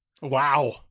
Wow